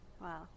Wow